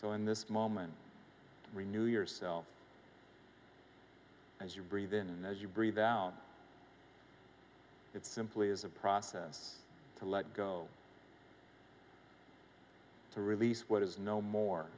so in this moment renew yourself as you breathe in as you breathe out it simply as a process to let go to release what is no more